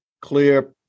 clear